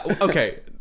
okay